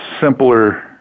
simpler